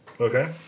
Okay